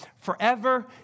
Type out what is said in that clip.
forever